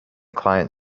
client